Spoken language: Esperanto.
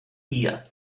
tia